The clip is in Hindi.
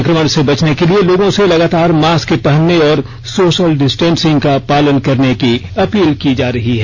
संक्रमण से बचने के लिए लोगों से लगातार मास्क पहनने और सोशल डिस्टेंसिंग का पालन करने की अपील की जा रही है